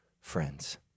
friends